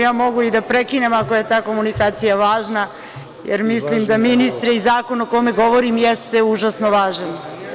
Ja mogu i da prekinem ako je ta komunikacija važna jer mislim da ministri i zakon o kome govorim jeste užasno važan.